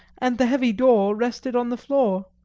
and the heavy door rested on the floor.